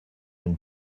and